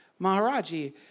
Maharaji